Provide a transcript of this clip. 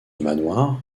manoir